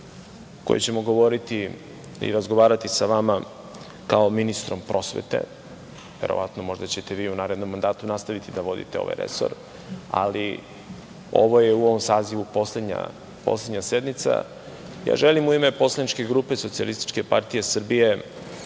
kojoj ćemo govoriti i razgovarati sa vama kao ministrom prosvete, verovatno, možda ćete vi u narednom mandatu nastaviti da vodite ovaj resor, ali ovo je u ovom sazivu poslednja sednica, želim u ime Poslaničke grupe SPS da pre